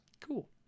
Cool